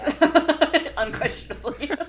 Unquestionably